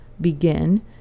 begin